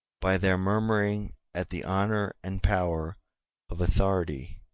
by their murmuring at the honor and power of authority.